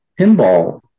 pinball